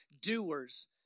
doers